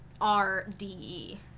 R-D-E